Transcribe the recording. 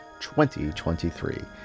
2023